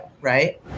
right